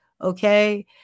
okay